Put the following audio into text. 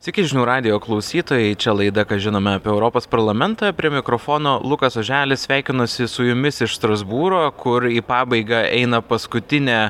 sveiki žinių radijo klausytojai čia laida ką žinome apie europos parlamentą prie mikrofono lukas oželis sveikinuosi su jumis iš strasbūro kur į pabaigą eina paskutinė